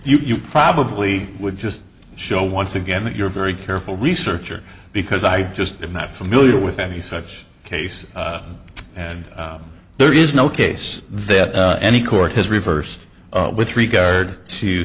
to you probably would just show once again that you're very careful researcher because i just i'm not familiar with any such case and there is no case that any court has reversed with regard to